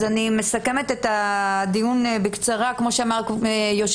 אז אני מסכמת את הדיון בקצרה כמו שאמר יו"ר